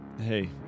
hey